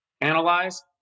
analyze